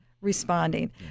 Responding